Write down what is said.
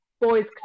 boys